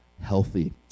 healthy